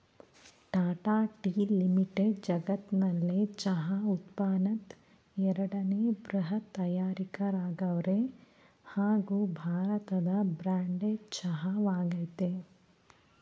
Tata tea limited ಜಗತ್ನಲ್ಲೆ ಚಹಾ ಉತ್ಪನ್ನದ್ ಎರಡನೇ ಬೃಹತ್ ತಯಾರಕರಾಗವ್ರೆ ಹಾಗೂ ಭಾರತದ ಬ್ರ್ಯಾಂಡೆಡ್ ಚಹಾ ವಾಗಯ್ತೆ